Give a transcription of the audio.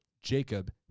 Jacob